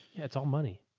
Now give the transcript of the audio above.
it's all money.